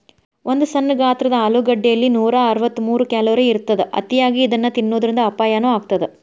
ಒಂದು ಸಣ್ಣ ಗಾತ್ರದ ಆಲೂಗಡ್ಡೆಯಲ್ಲಿ ನೂರಅರವತ್ತಮೂರು ಕ್ಯಾಲೋರಿ ಇರತ್ತದ, ಅತಿಯಾಗಿ ಇದನ್ನ ತಿನ್ನೋದರಿಂದ ಅಪಾಯನು ಆಗತ್ತದ